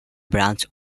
branch